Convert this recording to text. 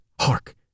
hark